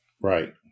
Right